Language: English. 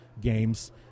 games